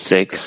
Six